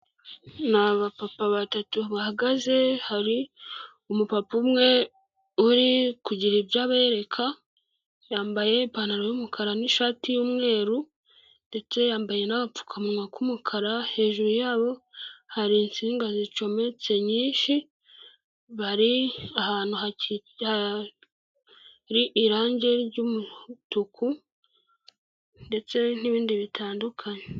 Ni abapapa batatu bahagaze, hari umupapa umwe uri kugira ibyo abereka, yambaye ipantaro y'umukara n'ishati y'umweru ndetse yambaye n'agapfukamunwa k'umukara, hejuru yabo hari insinga zicometse nyinshi, bari ahantu hari irangi ry'umutuku ndetse n'ibindi bitandukanye.